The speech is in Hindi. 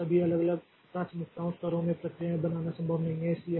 इसलिए सभी अलग अलग प्राथमिकता स्तरों में प्रक्रियाएं बनाना संभव नहीं है